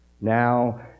Now